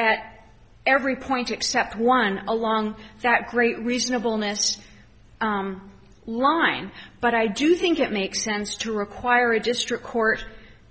at every point except one along that great reasonableness line but i do think it makes sense to require a district court